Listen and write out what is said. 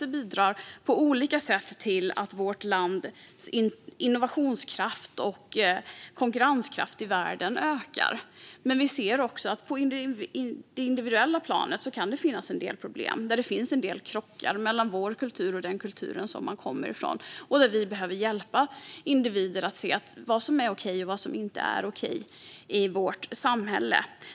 Den bidrar på olika sätt till att vårt lands innovationskraft och konkurrenskraft i världen ökar. Men vi ser också att det kan finnas en del problem på det individuella planet. Det finns en del krockar mellan vår kultur och den kultur som man kommer från. Vi behöver hjälpa individer att se vad som är okej och vad som inte är okej i vårt samhälle.